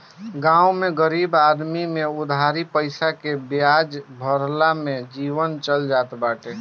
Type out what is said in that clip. गांव में गरीब आदमी में उधारी पईसा के बियाजे भरला में जीवन चल जात बाटे